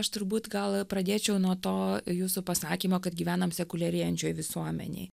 aš turbūt gal pradėčiau nuo to jūsų pasakymo kad gyvenam sekuliarėjančioj visuomenėj